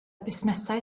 busnesau